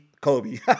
Kobe